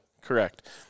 correct